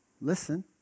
listen